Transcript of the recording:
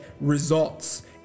results